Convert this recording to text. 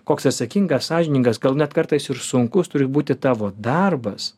koks atsakingas sąžiningas gal net kartais ir sunkus turi būti tavo darbas